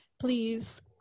please